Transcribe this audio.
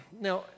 Now